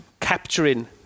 capturing